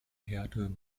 härte